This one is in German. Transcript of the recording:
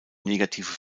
negative